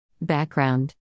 Background